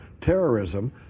terrorism